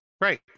right